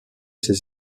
ses